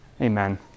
Amen